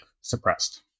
suppressed